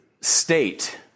state